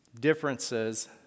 differences